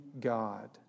God